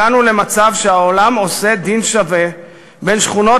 הגענו למצב שהעולם עושה דין שווה לשכונות